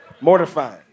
Mortifying